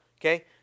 okay